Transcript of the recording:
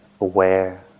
aware